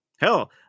Hell